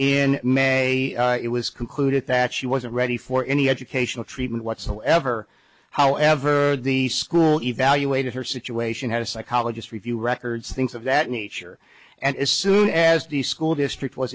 in may it was concluded that she wasn't ready for any educational treatment whatsoever however the school evaluated her situation had a psychologist review records things of that nature and as soon as the school district was